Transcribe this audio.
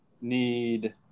need